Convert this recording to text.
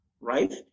Right